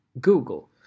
Google